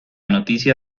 noticia